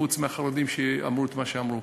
חוץ מהחרדים שאמרו את מה שאמרו.